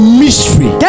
mystery